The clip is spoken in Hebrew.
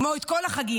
כמו את כל החגים,